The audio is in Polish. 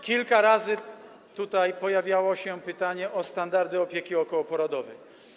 Kilka razy pojawiało się pytanie o standardy opieki okołoporodowej.